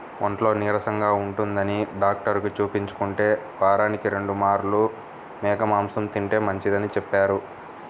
ఒంట్లో నీరసంగా ఉంటందని డాక్టరుకి చూపించుకుంటే, వారానికి రెండు మార్లు మేక మాంసం తింటే మంచిదని చెప్పారు